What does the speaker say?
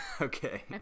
okay